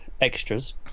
extras